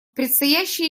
предстоящие